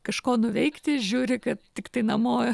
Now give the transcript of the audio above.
kažko nuveikti žiūri kad tiktai namo